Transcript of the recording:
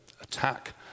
attack